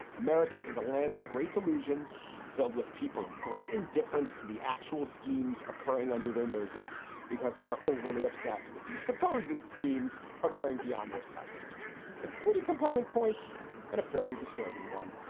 america is a land of great delusions filled with people of great indifference to the actual schemes occurring under their noses because they are overly obsessed with the supposed schemes occurring beyond their site it's a pretty compelling point and a fairly disturbing one.